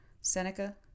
Seneca